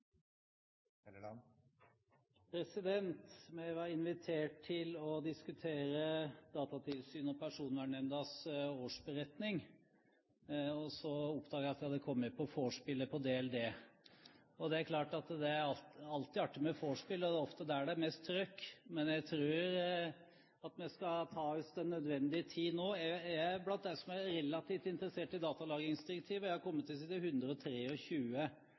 oppdaget jeg at jeg hadde kommet på vorspielet til DLD. Det er klart at det er alltid artig med vorspiel, det er ofte der det er mest trykk, men jeg tror vi skal ta oss den nødvendige tid nå. Jeg er blant dem som er relativt interessert i datalagringsdirektivet – jeg er kommet til side 123. Den ble overbrakt i dag. Det er 141 sider i proposisjonen – interessant lesning, men la oss nå lese og